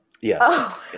Yes